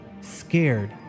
scared